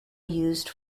used